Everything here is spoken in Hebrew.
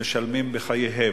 הם משלמים בחייהם.